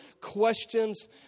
questions